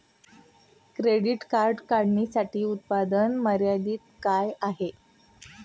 Credit card काढण्यासाठी उत्पन्न मर्यादा काय आहे?